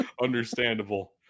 Understandable